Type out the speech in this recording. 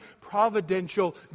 providential